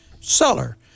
seller